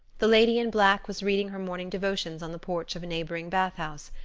the lady in black was reading her morning devotions on the porch of a neighboring bathhouse.